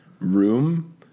room